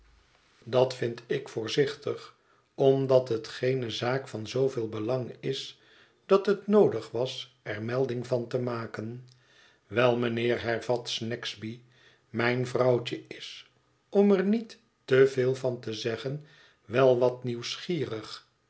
dat vind ik voorzichtig omdat het geene zaak van zooveel belang is dat het noodig was er melding van te maken wel mijnheer hervat snagsby mijn vrouwtje is om er niet te veel van te zeggen wel wat nieuwsgierig